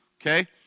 okay